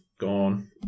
gone